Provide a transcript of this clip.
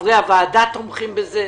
חברי הוועדה תומכים בזה.